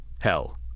hell